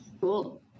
Cool